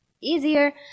easier